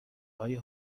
های